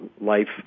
life